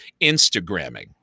Instagramming